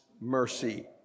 mercy